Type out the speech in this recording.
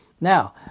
Now